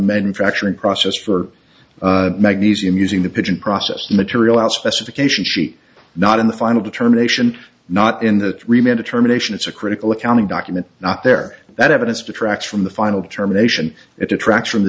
manufacturing process for magnesium using the pigeon process material out specification she not in the final determination not in the riemann determination it's a critical accounting document not there that evidence detracts from the final determination it detracts from the